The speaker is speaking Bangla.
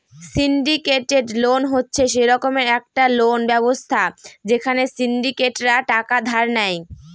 সিন্ডিকেটেড লোন হচ্ছে সে রকমের একটা লোন ব্যবস্থা যেখানে সিন্ডিকেটরা টাকা ধার দেয়